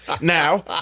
now